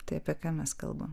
tai apie ką mes kalbam